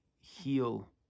heal